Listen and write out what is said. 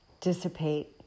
dissipate